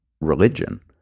religion